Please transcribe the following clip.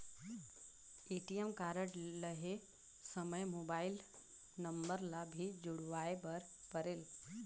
ATM card लहे समय mobile number ला भी जुड़वाए बर परेल?